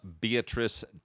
Beatrice